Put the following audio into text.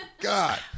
God